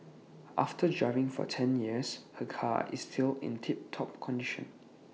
after driving for ten years her car is still in tip top condition